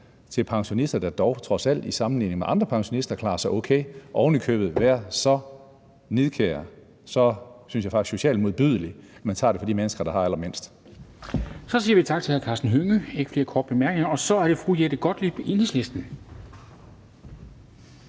til pensionister, der dog trods alt i sammenligning med andre pensionister klarer sig okay, og ovenikøbet er så nidkære og så, synes jeg faktisk, socialt modbydelig, at man tager det fra de mennesker, der har allermindst. Kl. 13:22 Formanden (Henrik Dam Kristensen): Så siger vi tak til hr. Karsten Hønge. Der er ikke flere korte bemærkninger. Og så er det fru Jette Gottlieb, Enhedslisten.